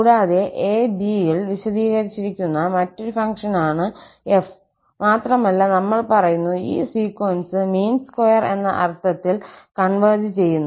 കൂടാതെ 𝑎 𝑏ൽ വിശദീകരിച്ചിരിക്കുന്ന മറ്റൊരു ഫംഗ്ഷനാണ് 𝑓 മാത്രമല്ല നമ്മൾ പറയുന്നു ഈ സീക്വൻസ് മീൻ സ്ക്വയർ എന്ന അർത്ഥത്തിൽ കോൺവെർജ് ചെയ്യുന്നു